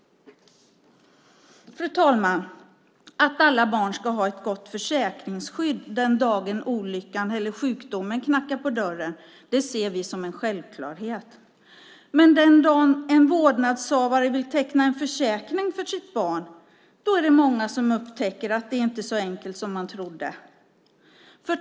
Fru talman! Att alla barn ska ha ett gott försäkringsskydd den dag olyckan eller sjukdomen knackar på dörren ser vi som en självklarhet. Men den dagen en vårdnadshavare vill teckna en försäkring för sitt barn upptäcker många att det inte är så enkelt som man trodde.